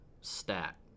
stat